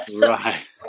Right